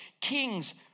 kings